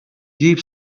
deep